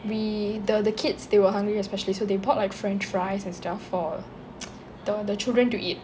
we the the kids they were hungry especially so they bought like french fries and stuff for the children to eat